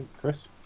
Chris